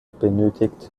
benötigt